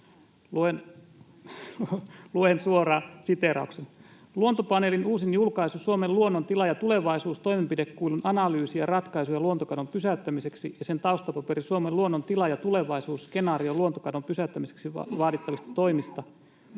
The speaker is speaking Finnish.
Luen suoran siteerauksen: ”Luontopaneelin uusin julkaisu ’Suomen luonnon tila ja tulevaisuus – toimenpidekuilun analyysi ja ratkaisuja luontokadon pysäyttämiseksi’ ja sen taustapaperi ’Suomen luonnon tila ja tulevaisuus – skenaario luontokadon pysäyttämiseksi vaadittavista toimista’,